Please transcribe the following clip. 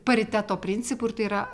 pariteto principu ir tai yra